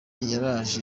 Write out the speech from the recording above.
yaraje